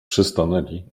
przystanęli